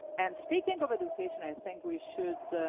and speaking of education, i think we should